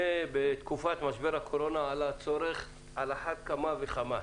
בתקופת משבר הקורונה עלה הצורך על אחת כמה וכמה.